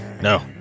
No